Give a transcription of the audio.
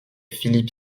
philip